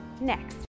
next